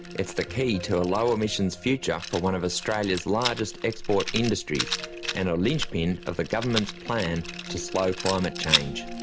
it's the key to a low-emissions future for one of australia's largest export industries and a linchpin of the government's plan to slow climate change.